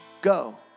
go